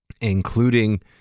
including